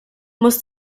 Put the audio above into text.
muss